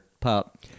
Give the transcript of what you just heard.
pup